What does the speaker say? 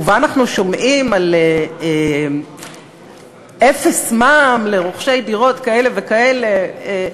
ובה אנחנו שומעים על אפס מע"מ לרוכשי דירות כאלה וכאלה.